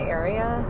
area